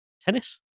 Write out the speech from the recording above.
Tennis